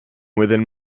within